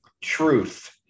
truth